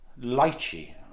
lychee